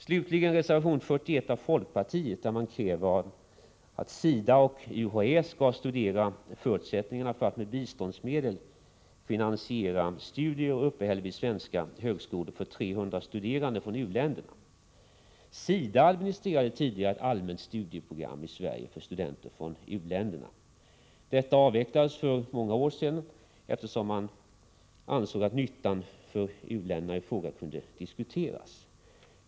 Slutligen till reservation 41 av folkpartiet, där man kräver att SIDA och UHÄ skall studera förutsättningarna för att med biståndsmedel finansiera studier och uppehälle vid svenska högskolor för 300 studerande från u-länder. SIDA administrerade tidigare ett allmänt studieprogram i Sverige för studenter från u-länder. Detta avvecklades för många år sedan, eftersom nyttan av det för u-länderna i fråga kunde diskuteras.